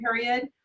period